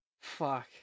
fuck